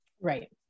right